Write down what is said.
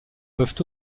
peuvent